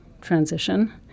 transition